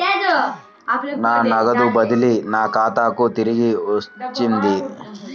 నా నగదు బదిలీ నా ఖాతాకు తిరిగి వచ్చింది